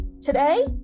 today